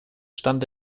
stand